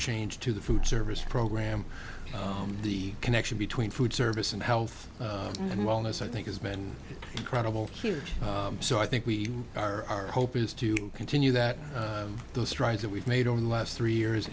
change to the food service program the connection between food service and health and wellness i think has been incredible huge so i think we are hoping is to continue that the strides that we've made over the last three years